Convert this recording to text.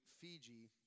Fiji